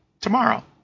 tomorrow